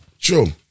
True